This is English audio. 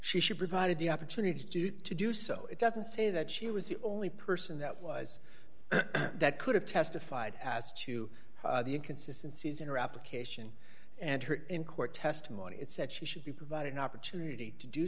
she should provided the opportunity to to do so it doesn't say that she was the only person that was that could have testified as to the inconsistency is in her application and her in court testimony it said she should be provided an opportunity to do